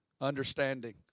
understanding